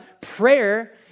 Prayer